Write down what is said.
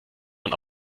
man